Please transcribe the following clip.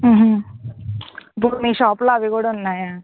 ఇప్పుడు మీ షాప్లో అవి కూడా ఉన్నాయా